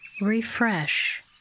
Refresh